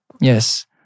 Yes